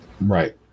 Right